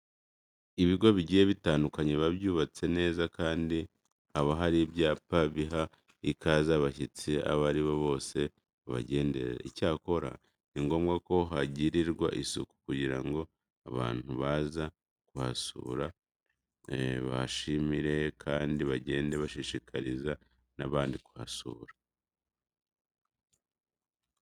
Ibigo bigiye bitandukanye biba byubatse neza kandi haba hari ibyapa biha ikaze abashyitsi abo ari bo bose babagenderera. Icyakora ni ngombwa ko hagirirwa isuku kugira ngo abantu baza kuhasura bahishimire kandi bagende bashishikariza n'abandi kuzahasura.